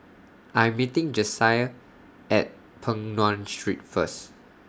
I'm meeting Jasiah At Peng Nguan Street First